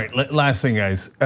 right, last thing, guys.